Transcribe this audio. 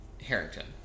Harrington